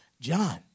John